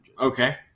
Okay